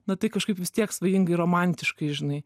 na tai kažkaip vis tiek svajingai romantiškai žinai